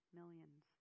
millions